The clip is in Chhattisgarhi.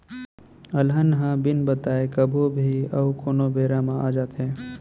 अलहन ह बिन बताए कभू भी अउ कोनों बेरा म आ जाथे